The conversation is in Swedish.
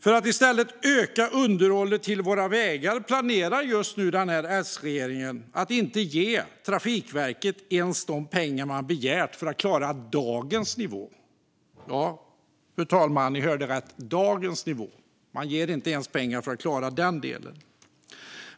I stället för att öka underhållet till våra vägar planerar just nu S-regeringen att inte ens ge Trafikverket de pengar som de har begärt för att klara dagens nivå. Ni hörde rätt, fru talman - dagens nivå! Man ger inte ens pengar för att klara den delen.